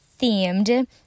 themed